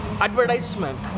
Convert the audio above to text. advertisement